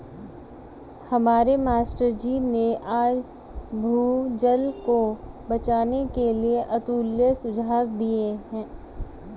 हमारे मास्टर जी ने आज भूजल को बचाने के लिए अतुल्य सुझाव दिए